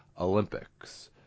Olympics